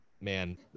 man